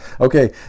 Okay